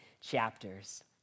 chapters